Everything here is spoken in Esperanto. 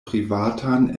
privatan